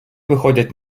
виходять